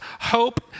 Hope